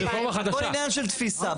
הכל עניין של תפיסה.